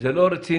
וזה לא רציני.